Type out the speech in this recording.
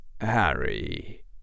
Harry